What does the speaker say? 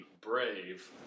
brave